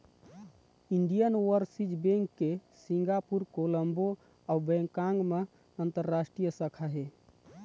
Indian overseas bank के Singapore, Colombo अउ Bangkok म अंतररास्टीय शाखा हे